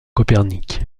copernic